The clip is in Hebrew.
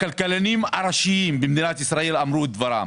הכלכלנים הראשיים במדינת ישראל אמרו דברם